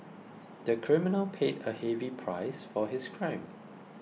the criminal paid a heavy price for his crime